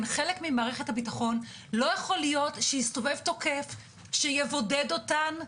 הן חלק ממערכת הביטחון ולא יכול להיות שיסתובב תוקף שיבודד אותן,